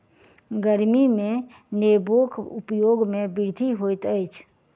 गर्मी में नेबोक उपयोग में वृद्धि होइत अछि